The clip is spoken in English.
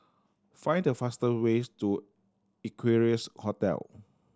find the faster ways to Equarius Hotel